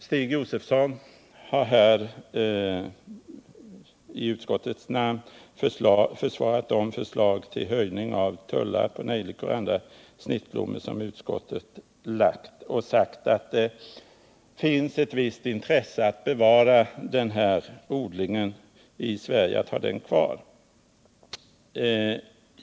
Stig Josefson har i utskottets namn försvarat de förslag till höjning av tullar för nejlikor och andra snittblommor som utskottet har framlagt och sagt att det finns ett visst intresse för att bevara den odlingen i Sverige.